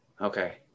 okay